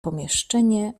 pomieszczenie